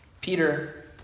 Peter